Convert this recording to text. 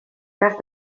cas